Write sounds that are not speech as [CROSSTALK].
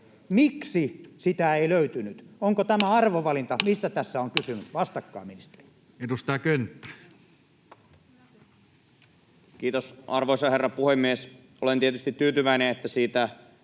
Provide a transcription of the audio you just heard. Miksi sitä ei löytynyt? Onko tämä arvovalinta? [NOISE] Mistä tässä on kysymys? Vastatkaa, ministeri. Edustaja Könttä. Kiitos, arvoisa herra puhemies! Olen tietysti tyytyväinen, että siitä